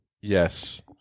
Yes